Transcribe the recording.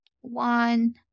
one